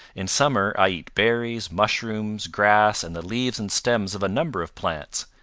in summer i eat berries, mushrooms, grass and the leaves and stems of a number of plants.